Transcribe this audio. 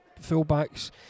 full-backs